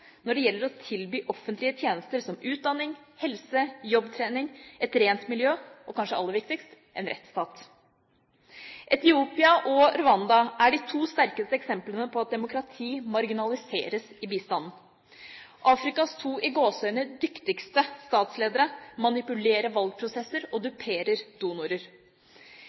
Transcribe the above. når det gjelder å tilby offentlige goder som utdanning, helse, jobbtrening, et rent miljø og – kanskje viktigst – en rettsstat.» Etiopia og Rwanda er de to sterkeste eksemplene på at demokrati marginaliseres i bistanden. Afrikas to «dyktigste» statsledere manipulerer valgprosesser og duperer